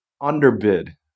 underbid